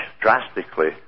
drastically